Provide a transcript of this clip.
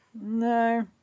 No